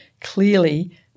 clearly